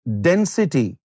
density